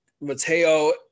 Mateo